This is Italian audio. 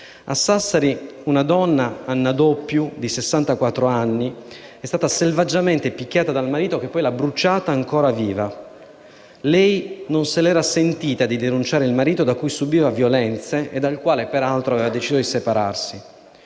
A Sassari una donna, Anna Doppiu, di sessantaquattro anni, è stata selvaggiamente picchiata dal marito, che poi l'ha bruciata ancora viva. Non se l'era sentita di denunciare il marito, da cui subiva violenze e dal quale, peraltro, aveva deciso di separarsi.